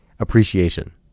appreciation